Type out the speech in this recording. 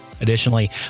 Additionally